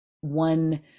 One